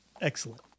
Excellent